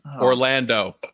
Orlando